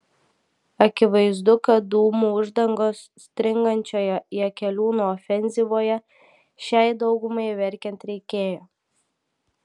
akivaizdu kad dūmų uždangos stringančioje jakeliūno ofenzyvoje šiai daugumai verkiant reikėjo